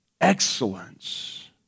excellence